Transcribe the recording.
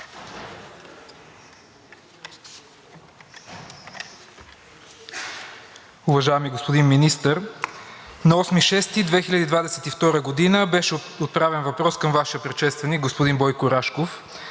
Уважаеми господин Министър, на 8 юни 2022 г. беше отправен въпрос към Вашия предшественик господин Бойко Рашков